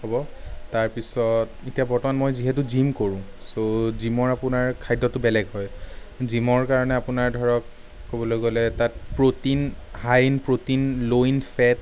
হ'ব তাৰপিছত এতিয়া বৰ্তমান মই যিহেতু জিম কৰোঁ চ' জিমৰ আপোনাৰ খাদ্যটো বেলেগ হয় জিমৰ কাৰণে আপোনাৰ ধৰক ক'বলৈ গ'লে তাত protein high in protein low in fat